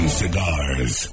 cigars